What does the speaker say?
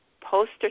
poster